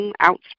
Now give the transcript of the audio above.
out